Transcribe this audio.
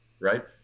right